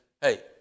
hey